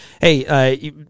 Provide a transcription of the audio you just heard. hey